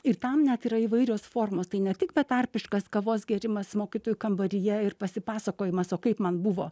ir tam net yra įvairios formos tai ne tik betarpiškas kavos gėrimas mokytojų kambaryje ir pasipasakojimas o kaip man buvo